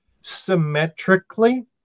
symmetrically